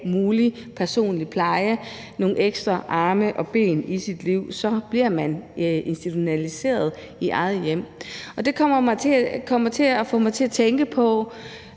altså personlig pleje, nogle ekstra arme og ben i sit liv, bliver man institutionaliseret i eget hjem. Det får mig til at tænke på,